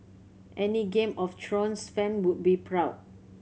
any Game of Thrones fan would be proud